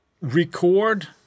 record